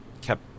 kept